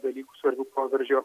dalykų svarbių proveržio